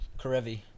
Karevi